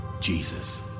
Jesus